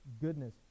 goodness